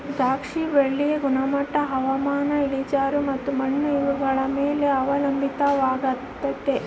ದ್ರಾಕ್ಷಿ ಬಳ್ಳಿಯ ಗುಣಮಟ್ಟ ಹವಾಮಾನ, ಇಳಿಜಾರು ಮತ್ತು ಮಣ್ಣು ಇವುಗಳ ಮೇಲೆ ಅವಲಂಬಿತವಾಗೆತೆ